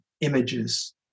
images